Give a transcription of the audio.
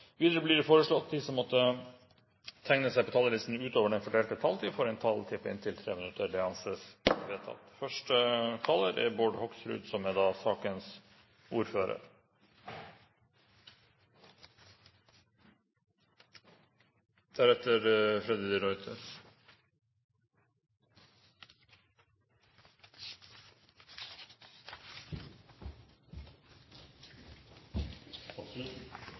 Videre blir det foreslått at de som måtte tegne seg på talerlisten utover den fordelte taletid, får en taletid på inntil 3 minutter. – Det anses vedtatt. Dette er ei sak som